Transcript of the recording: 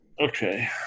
Okay